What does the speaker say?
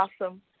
awesome